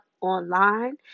online